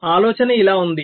ఆలోచన ఇలా ఉంది